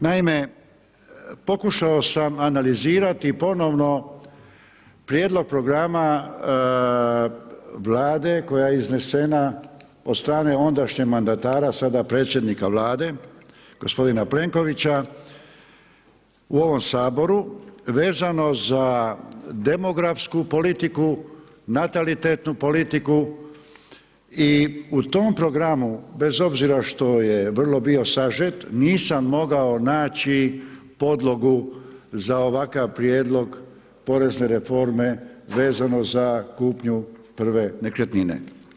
Naime, pokušao sam analizirati ponovno prijedlog programa Vlade koja je iznesena od strane ondašnjeg mandatara, sada predsjednika Vlade gospodina Plenkovića u ovom Saboru vezano za demografsku politiku, natalitetnu politiku i u tom programu bez obzira što je vrlo bio sažet nisam mogao naći podlogu za ovakav prijedlog porezne reforme vezano za kupnju prve nekretnine.